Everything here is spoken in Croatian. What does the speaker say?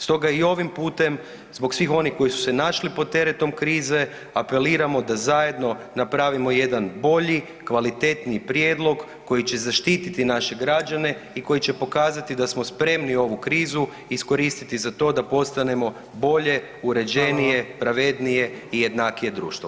Stoga i ovim putem zbog svih onih koji su se našli pod teretom krize, apeliramo da zajedno napravimo jedan bolji, kvalitetniji prijedlog koji će zaštititi naše građane i koji će pokazati da smo spremni ovu krizu iskoristiti za to da postanemo bolje, uređenije, pravednije i jednakije društvo.